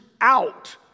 out